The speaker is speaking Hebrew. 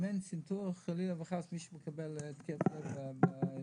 אם אין צנתורים וחלילה וחס מישהו מקבל התקף לב באילת,